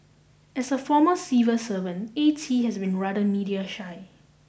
as a former civil servant A T has been rather media shy